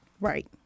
right